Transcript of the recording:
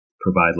provide